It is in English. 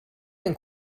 can